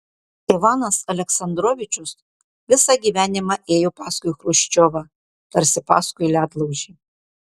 ivanas aleksandrovičius visą gyvenimą ėjo paskui chruščiovą tarsi paskui ledlaužį